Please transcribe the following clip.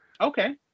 Okay